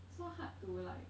so hard to like